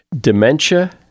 dementia